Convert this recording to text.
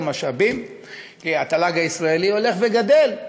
כי התל"ג הישראלי הולך וגדל,